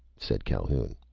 said calhoun.